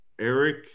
Eric